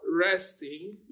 Resting